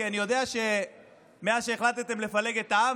כי אני יודע שמאז שהחלטתם לפלג את העם,